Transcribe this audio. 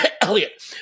Elliot